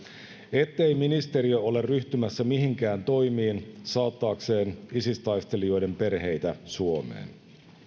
ettei ministeriö ole ryhtymässä mihinkään toimiin saattaakseen isis taistelijoiden perheitä suomeen